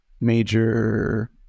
major